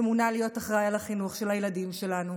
שמונה להיות אחראי על החינוך של הילדים שלנו,